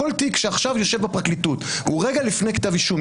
כל תיק שעכשיו יושב בפרקליטות והוא רגע לפני כתב אישום,